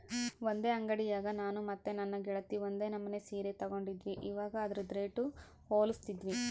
ಒಂದೇ ಅಂಡಿಯಾಗ ನಾನು ಮತ್ತೆ ನನ್ನ ಗೆಳತಿ ಒಂದೇ ನಮನೆ ಸೀರೆ ತಗಂಡಿದ್ವಿ, ಇವಗ ಅದ್ರುದು ರೇಟು ಹೋಲಿಸ್ತಿದ್ವಿ